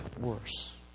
worse